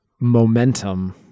momentum